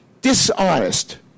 dishonest